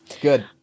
Good